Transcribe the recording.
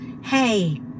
Hey